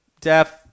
deaf